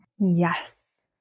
Yes